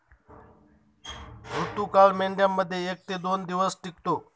ऋतुकाळ मेंढ्यांमध्ये एक ते दोन दिवस टिकतो